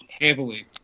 heavily